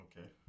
Okay